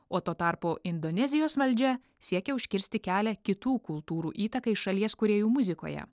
o tuo tarpu indonezijos valdžia siekia užkirsti kelią kitų kultūrų įtakai šalies kūrėjų muzikoje